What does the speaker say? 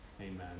Amen